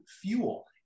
fuel